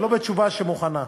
זה לא בתשובה מוכנה.